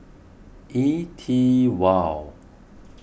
E T wow